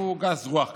הוא גס רוח כלפיהם.